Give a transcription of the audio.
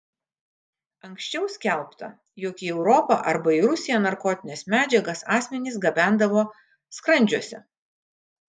anksčiau skelbta jog į europą arba į rusiją narkotines medžiagas asmenys gabendavo skrandžiuose